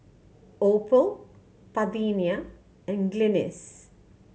Opal Parthenia and Glynis